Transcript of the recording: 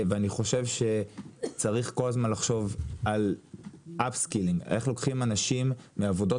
אני חושב שצריך כל הזמן לחשוב על איך לוקחים אנשים מעבודות